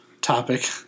topic